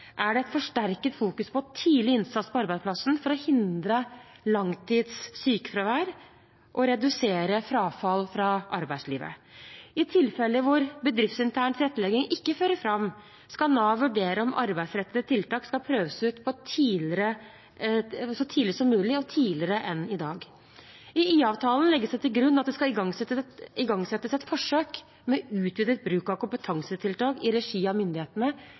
er det forsterket fokus på tidlig innsats på arbeidsplassen for å hindre langtids sykefravær og redusere frafall fra arbeidslivet. I tilfeller hvor bedriftsintern tilrettelegging ikke fører fram, skal Nav vurdere om arbeidsrettede tiltak skal prøves ut så tidlig som mulig og tidligere enn i dag. I IA-avtalen legges det til grunn at det skal igangsettes et forsøk med utvidet bruk av kompetansetiltak i regi av myndighetene